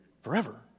forever